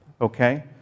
okay